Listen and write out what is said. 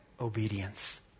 obedience